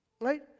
Right